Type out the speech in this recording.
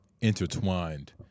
intertwined